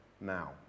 now